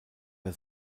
der